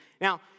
Now